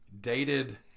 dated